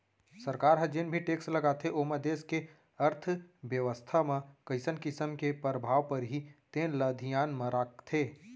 सरकार ह जेन भी टेक्स लगाथे ओमा देस के अर्थबेवस्था म कइसन किसम के परभाव परही तेन ल धियान म राखथे